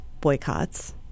boycotts